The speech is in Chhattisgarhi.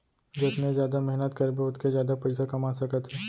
जतने जादा मेहनत करबे ओतके जादा पइसा कमा सकत हे